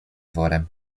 worem